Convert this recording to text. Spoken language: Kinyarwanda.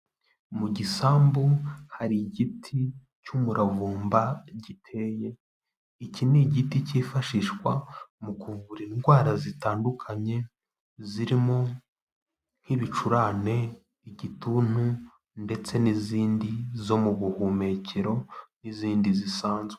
Mu gisambu hari igiti cy'umuravumba giteye, iki ni igiti cyifashishwa mu kuvura indwara zitandukanye zirimo nk'ibicurane, igituntu ndetse n'izindi zo mu buhumekero n'izindi zisanzwe.